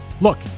Look